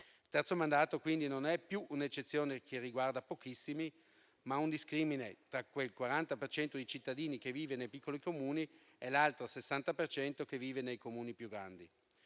Il terzo mandato quindi non è più un'eccezione che riguarda pochissimi, ma un discrimine tra quel 40 per cento di cittadini che vive nei piccoli Comuni e l'altro 60 per cento che vive nei Comuni più grandi.